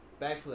Backflip